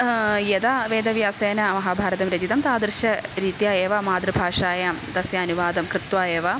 यदा वेदव्यासेन महाभारतं रचितं तादृशरीत्या एव मातृ भाषायां तस्य अनुवादं कृत्वा एव